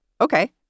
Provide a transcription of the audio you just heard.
okay